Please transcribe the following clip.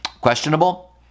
Questionable